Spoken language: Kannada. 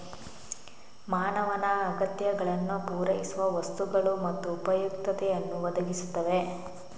ಮಾನವನ ಅಗತ್ಯಗಳನ್ನು ಪೂರೈಸುವ ವಸ್ತುಗಳು ಮತ್ತು ಉಪಯುಕ್ತತೆಯನ್ನು ಒದಗಿಸುತ್ತವೆ